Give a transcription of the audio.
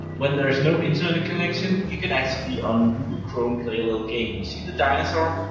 when there's no internet connection you can actually on google chrome play a little game see the dinosaur?